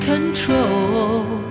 Control